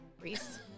Reese